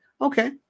Okay